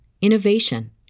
innovation